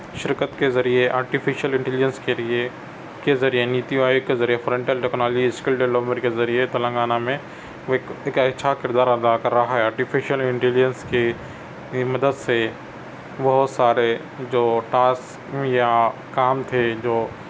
شرکت کے ذریعے آرٹیفیشیل انٹیلیجینس کے لیے کے ذریعے نیتی آیوگ کے ذریعے فرنٹل ٹیکنالوجی اسکل ڈیولپر کے ذریعے تلنگانہ میں کوئی ایک اچھا کردار ادا کر رہا ہے آرٹیفیشیل انٹیلیجینس کی مدد سے بہت سارے جو ٹاسک یا کام تھے جو